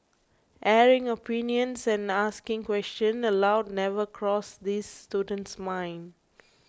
airing opinions and asking questions aloud never crossed this student's mind